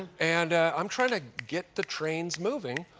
and i'm trying to get the trains moving,